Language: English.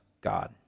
God